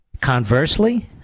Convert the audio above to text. Conversely